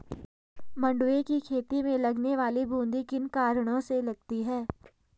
मंडुवे की खेती में लगने वाली बूंदी किन कारणों से लगती है?